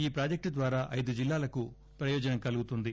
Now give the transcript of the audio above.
ఈ ప్రాజెక్టు ద్వారా ఐదు జిల్లాలకు ప్రయోజనం కలుగుతుంది